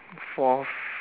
fourth